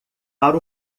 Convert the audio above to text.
para